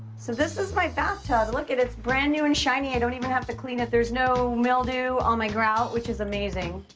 so, this is my bathtub. lookit. it's brand-new and shiny. i don't even have to clean it. there's no mildew on my grout, which is amazing.